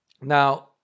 Now